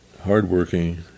hardworking